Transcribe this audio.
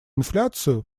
инфляцию